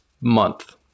month